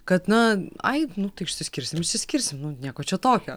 kad na ai nu tai išsiskirsim išsiskirsim nu nieko čia tokio